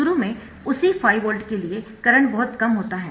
शुरू में उसी 5 वोल्ट के लिएकरंट बहुत कम होता है